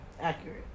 Accurate